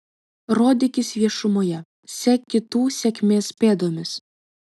rodykis viešumoje sek kitų sėkmės pėdomis